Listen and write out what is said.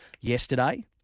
yesterday